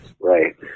right